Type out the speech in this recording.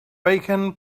bacon